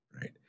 right